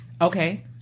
Okay